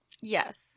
Yes